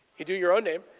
you do your own name